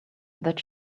that